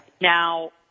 Now